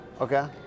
Okay